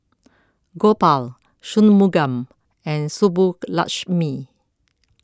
Gopal Shunmugam and Subbulakshmi